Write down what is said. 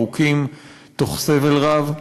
תוך סבל רב.